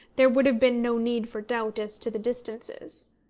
there would have been no need for doubt as to the distances.